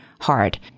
hard